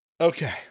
Okay